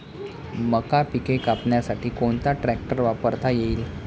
मका पिके कापण्यासाठी कोणता ट्रॅक्टर वापरता येईल?